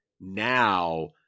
now